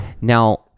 Now